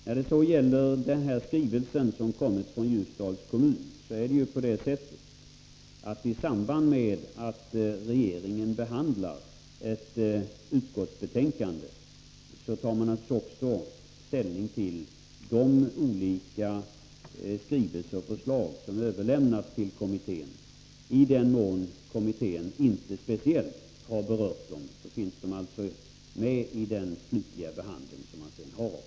När det gäller skrivelsen från Ljusdals kommun är det på det sättet att regeringen i samband med behandlingen av ett utredningsbetänkande naturligtvis också tar ställning till de olika skrivelser och förslag som överlämnats till kommittén. I den mån kommittén inte speciellt har berört dem tas de alltså upp i den slutliga behandlingen av ärendet.